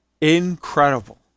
incredible